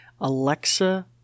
Alexa